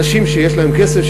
אנשים שיש להם כסף,